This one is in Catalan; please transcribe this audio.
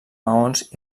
maons